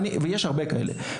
ויש הרבה כאלה.